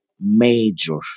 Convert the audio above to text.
major